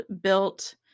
built